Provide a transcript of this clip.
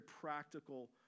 practical